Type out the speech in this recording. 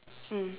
mm